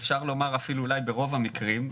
ואפשר לומר אפילו אולי ברוב המקרים,